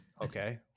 okay